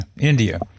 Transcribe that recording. india